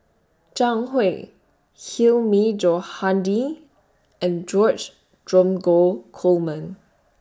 Zhang Hui Hilmi Johandi and George Dromgold Coleman